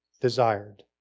desired